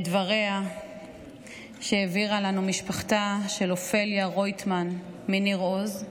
את הדברים שהעבירה לנו משפחתה של אופליה רויטמן מניר עוז,